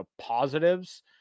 positives